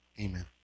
Amen